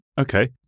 Okay